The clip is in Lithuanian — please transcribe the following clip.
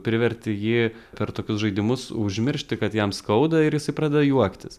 priverti jį per tokius žaidimus užmiršti kad jam skauda ir jisai pradeda juoktis